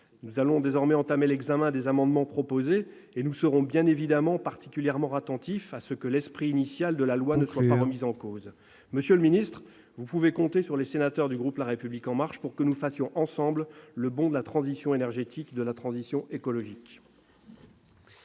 Nous allons désormais entamer l'examen des amendements déposés ; nous serons évidemment particulièrement attentifs à ce que l'esprit initial du projet de loi ne soit pas remis en cause. Monsieur le ministre d'État, vous pouvez compter sur les sénateurs du groupe La République En Marche pour que nous fassions ensemble le bond de la transition énergétique, de la transition écologique.